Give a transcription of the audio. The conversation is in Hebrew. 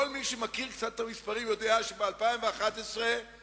כל מי שמכיר קצת את המספרים יודע שב-2011 אנחנו